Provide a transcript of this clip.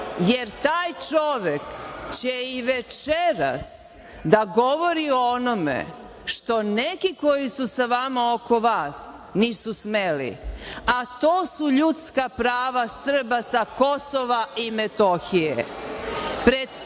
jer taj čovek će i večeras da govori o onome što neki koji su sa vama i oko vas nisu smeli, a to su ljudska prava Srba sa Kosova i Metohije,